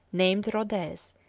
named rhodez,